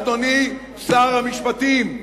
אדוני שר המשפטים,